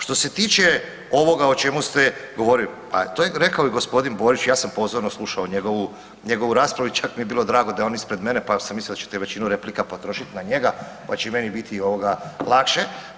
Što se tiče ovoga o čemu ste govorili, pa to je rekao i g. Borić, ja sam pozorno slušao njegovu raspravu i čak mi je bilo drago da je on ispred mene pa sam mislio da ćete većinu replika potrošiti na njega pa će i meni biti lakše.